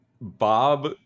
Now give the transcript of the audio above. Bob